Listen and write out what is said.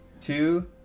two